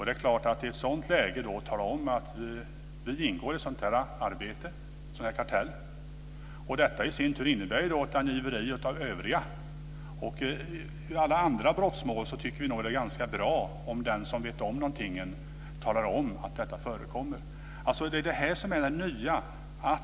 Det är klart att om man i ett sådant läge talar om att man ingår i en kartell innebär detta i sin tur ett angiveri av övriga. I alla andra brottmål tycker vi nog att det är ganska bra om den som vet om någonting talar om detta. Det är det här som är det nya.